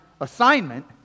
assignment